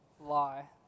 lie